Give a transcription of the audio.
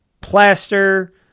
plaster